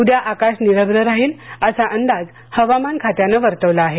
उद्या आकाश निरभ्र राहील असा अंदाज हवामान खात्यानं वर्तवला आहे